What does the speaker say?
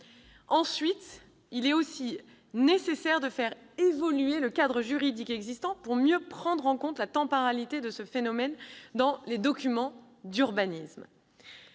Ensuite, il est également nécessaire de faire évoluer le cadre juridique existant pour mieux prendre en compte la temporalité de ce phénomène dans les documents d'urbanisme.